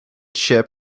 ship